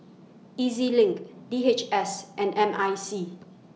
E Z LINK D H S and M I C